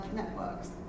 networks